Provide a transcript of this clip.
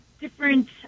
different